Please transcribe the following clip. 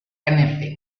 anything